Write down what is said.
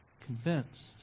convinced